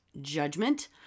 judgment